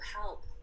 help